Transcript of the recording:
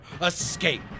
escape